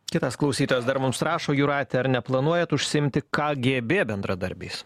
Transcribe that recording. kitas klausytojas dar mums rašo jūrate ar neplanuojat užsiimti kgb bendradarbiais